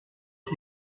été